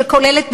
שכוללת,